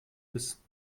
bis